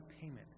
payment